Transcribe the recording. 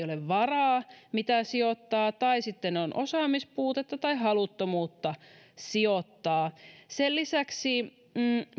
ole varaa mitä sijoittaa tai sitten on osaamispuutetta tai haluttomuutta sijoittaa sen lisäksi